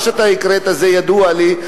מה שהקראת ידוע לי,